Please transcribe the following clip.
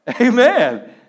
Amen